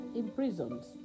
imprisoned